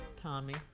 Tommy